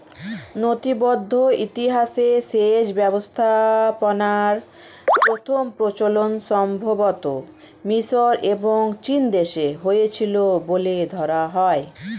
নথিবদ্ধ ইতিহাসে সেচ ব্যবস্থাপনার প্রথম প্রচলন সম্ভবতঃ মিশর এবং চীনদেশে হয়েছিল বলে ধরা হয়